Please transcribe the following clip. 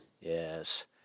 Yes